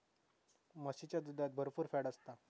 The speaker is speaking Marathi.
म्हशीच्या दुधात भरपुर फॅट असता